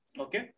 Okay